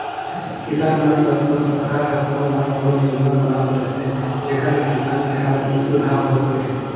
किसान मन बर तो सरकार हर कोनो न कोनो योजना बनात रहथे जेखर ले किसान के हालत में सुधार हो सके